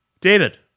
David